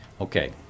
Okay